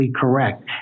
correct